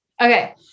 Okay